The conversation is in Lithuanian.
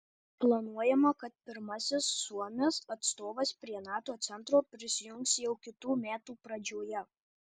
planuojama kad pirmasis suomijos atstovas prie nato centro prisijungs jau kitų metų pradžioje